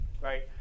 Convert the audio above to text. Right